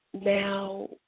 Now